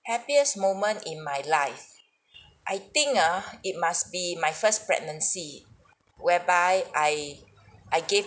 happiest moment in my life I think ah it must be my first pregnancy whereby I I gave